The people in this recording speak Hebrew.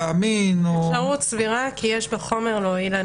--- אפשרות סבירה כי יש בחומר להועיל.